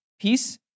Peace